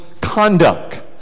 conduct